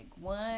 one